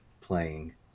playing